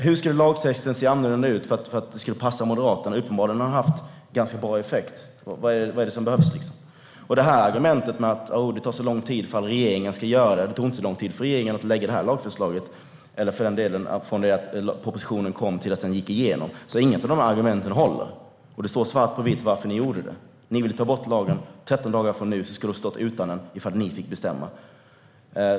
Hur ska lagtexten se ut för att den ska passa Moderaterna? Den har uppenbarligen haft ganska bra effekt - vad är det som behövs? Argumentet att det tar så lång tid ifall regeringen ska göra det håller inte. Det tog inte så lång tid för regeringen att lägga fram lagförslaget eller för den delen för propositionen att gå igenom efter det att den kom. Det står svart på vitt varför ni gjorde det, Beatrice Ask: Ni ville ta bort lagen. Om 13 dagar från och med nu skulle vi ha stått utan den ifall ni hade fått bestämma.